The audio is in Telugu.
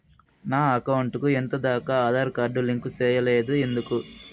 నా అకౌంట్ కు ఎంత దాకా ఆధార్ కార్డు లింకు సేయలేదు ఎందుకు